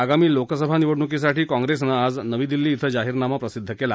आगामी लोकसभा निवडणूकीसाठी काँग्रेस पक्षानं आज नवी दिल्ली इथं जाहीरनामा प्रसिद्ध केला